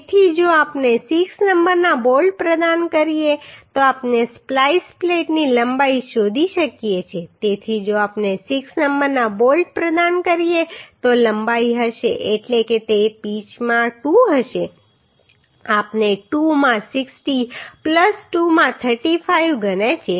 તેથી જો આપણે 6 નંબરના બોલ્ટ પ્રદાન કરીએ તો આપણે સ્પ્લાઈસ પ્લેટની લંબાઈ શોધી શકીએ છીએ તેથી જો આપણે 6 નંબરના બોલ્ટ પ્રદાન કરીએ તો લંબાઈ હશે એટલે કે તે પિચમાં 2 હશે આપણે 2 માં 60 2 માં 35 ગણ્યા છે